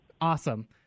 Awesome